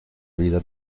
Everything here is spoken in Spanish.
vida